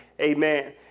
Amen